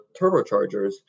turbochargers